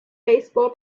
baseball